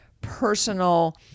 personal